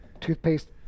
toothpaste